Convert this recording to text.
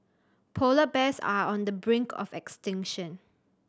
polar bears are on the brink of extinction